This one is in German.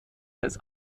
als